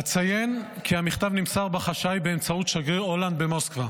אציין כי המכתב נמסר בחשאי באמצעות שגריר הולנד במוסקבה.